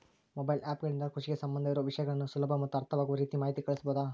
Mobile app ಗಳಿಂದ ಕೃಷಿಗೆ ಸಂಬಂಧ ಇರೊ ವಿಷಯಗಳನ್ನು ಸುಲಭ ಮತ್ತು ಅರ್ಥವಾಗುವ ರೇತಿ ಮಾಹಿತಿ ಕಳಿಸಬಹುದಾ?